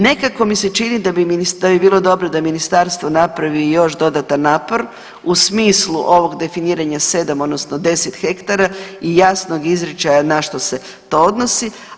Nekako mi se čini da bi bilo dobro da ministarstvo napravi i još dodatan napor u smislu ovog definiranja sedam odnosno deset hektara i jasnog izričaja na što se to odnosi.